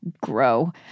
grow